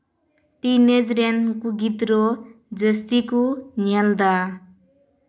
teenage ᱨᱮᱱ ᱱᱩᱠᱩ ᱜᱤᱫᱽᱨᱟᱹ ᱡᱟᱹᱥᱛᱤ ᱠᱚ ᱧᱮᱞᱫᱟ